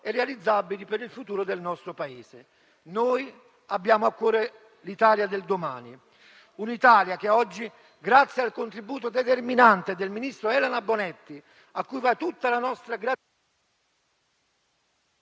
e realizzabili per il futuro del nostro Paese. Noi abbiamo a cuore l'Italia del domani; un'Italia che oggi, grazie al contributo determinante del ministro Elena Bonetti, a cui va tutta la nostra gratitudine